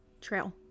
Trail